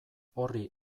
horri